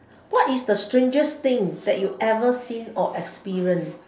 what is the strangest thing that you ever seen or experience